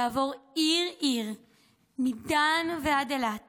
לעבור עיר-עיר מדן ועד אילת